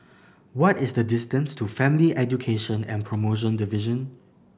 what is the distance to Family Education and Promotion Division